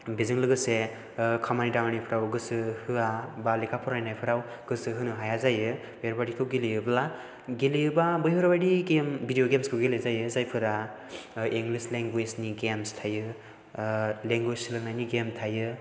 बेजों लोगोसे खामानि दामानिफ्राव गोसो होआ बा लेखा फरायनायफोराव गोसो होनो हाया जायो बेफोरबायदिखौ गेलेयोब्ला गेलेयोबा बैफोरबायदि गेम भिडिय' गेम्सखौ गेलेजायो जायफोरा इंलिश लेंगुवेजनि गेम्स थायो लेंगुवेज सोलोंनायनि गेम थायो